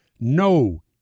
No